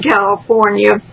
California